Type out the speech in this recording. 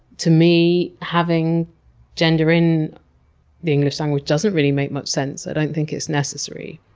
to me having gender in the english language doesn't really make much sense. i don't think it's necessary.